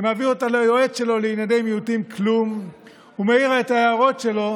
שמעביר אותה ליועץ שלו לענייני מיעוטים כלום ומעיר את ההערות שלו,